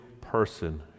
person